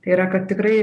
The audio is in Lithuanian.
tai yra kad tikrai